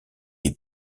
est